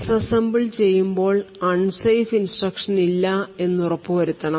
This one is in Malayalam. ഡിസ് അസംബിൾ ചെയ്യുമ്പോൾ അൺ സേഫ് ഇൻസ്ട്രക്ഷൻ ഇല്ല എന്ന് ഉറപ്പുവരുത്തണം